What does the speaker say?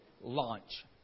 launch